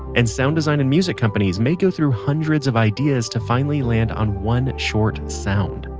and sound design and music companies may go through hundreds of ideas to finally land on one short sound.